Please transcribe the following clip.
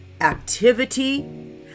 activity